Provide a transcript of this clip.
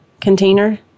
container